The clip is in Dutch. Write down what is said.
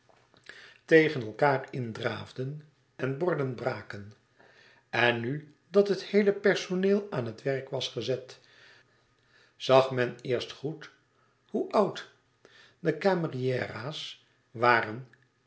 tegen elkaâr in draafden en borden braken en nu dat het heele personeel aan het werk was gezet zag men eerst hoe oud de